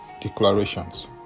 declarations